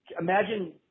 Imagine